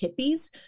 hippies